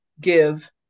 give